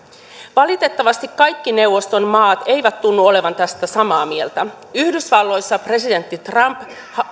valitettavasti kaikki neuvoston maat eivät tunnu olevan tästä samaa mieltä yhdysvalloissa presidentti trump